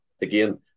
again